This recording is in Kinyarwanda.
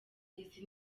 izi